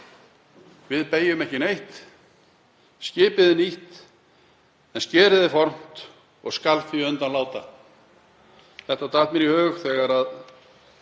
Við beygjum ekki neitt. Skipið er nýtt en skerið er fornt og skal því undan láta. Þetta datt mér í hug þegar ég